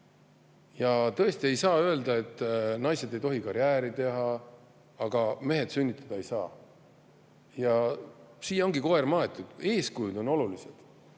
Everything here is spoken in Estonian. suhelda. Tõesti ei saa öelda, et naised ei tohi karjääri teha. Aga mehed ju sünnitada ei saa. Siia ongi koer maetud: eeskujud on olulised.